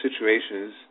situations